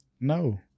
No